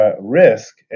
risk